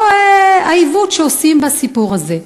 או מהעיוות שעושים בסיפור הזה.